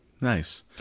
Nice